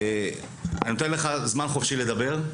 אני נותן לך זמן חופשי לדבר,